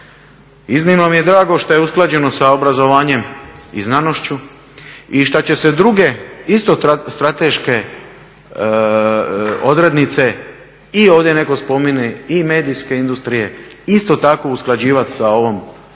Iznimno mi je drago što je usklađeno sa obrazovanjem i znanošću i šta će se druge isto strateške odrednice i ovdje netko spomene i medijske industrije isto tako usklađivat sa ovom Strategijom